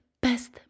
best